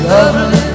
Lovely